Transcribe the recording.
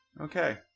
Okay